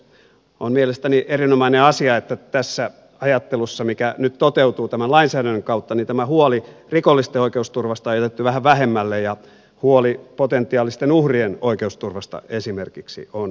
on mielestäni erinomainen asia että tässä ajattelussa mikä nyt toteutuu tämän lainsäädännön kautta tämä huoli rikollisten oikeusturvasta on jätetty vähän vähemmälle ja huoli potentiaalisten uhrien oikeusturvasta esimerkiksi on päällimmäisenä